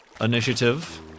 initiative